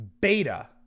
beta